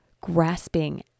grasping